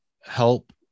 help